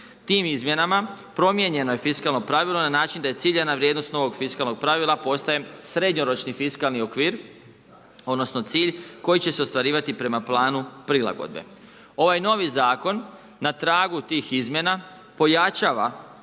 Tim izmjenama promijenjeno je fiskalno pravilo na način da je ciljana vrijednost novog fiskalnog pravila postaje srednjoročni fiskalni okvir, odnosno cilj koji će se ostvarivati prema planu prilagodbe. Ovaj novi zakon na tragu tih izmjena pojačava